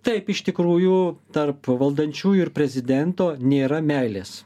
taip iš tikrųjų tarp valdančiųjų ir prezidento nėra meilės